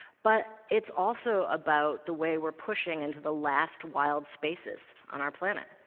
but it's also about the way we're pushing into the last wild spaces on our planet.